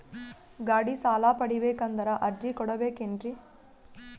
ಗಾಡಿ ಸಾಲ ಪಡಿಬೇಕಂದರ ಅರ್ಜಿ ಕೊಡಬೇಕೆನ್ರಿ?